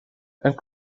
and